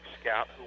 scout